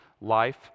Life